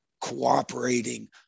cooperating